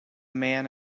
man